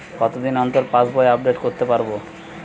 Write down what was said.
কতদিন অন্তর পাশবই আপডেট করতে পারব?